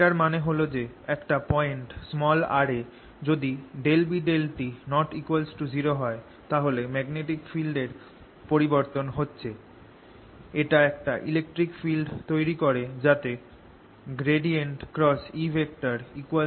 এটার মানে হল যে একটা পয়েন্ট r এ যদি ∂B∂t ≠ 0 তাহলে ম্যাগনেটিক ফিল্ডটার পরিবর্তন হচ্ছে এটা একটা ইলেকট্রিক ফিল্ড তৈরি করে যাতে ∂B∂t